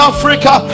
Africa